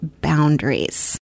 boundaries